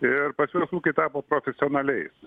ir pas juos ūkiai tapo profesionaliais